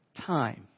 time